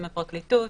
עם הפרקליטות,